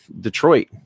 Detroit